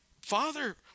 father